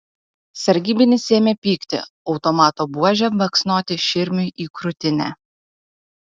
sargybinis ėmė pykti automato buože baksnoti širmiui į krūtinę